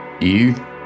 You